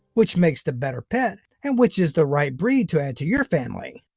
which makes the better pet, and which is the right breed to add to your family.